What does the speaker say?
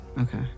Okay